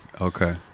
Okay